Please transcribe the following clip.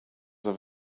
have